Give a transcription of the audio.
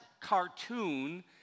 cartoon